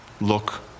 look